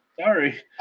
Sorry